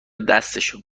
دستشو